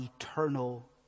eternal